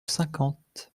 cinquante